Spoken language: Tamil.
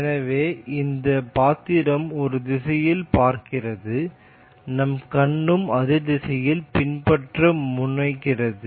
எனவே இந்த பாத்திரம் ஒரு திசையில் பார்க்கிறது நம் கண்ணும் அதே திசையைப் பின்பற்ற முனைகின்றன